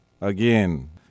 Again